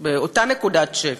באותה נקודת שפל.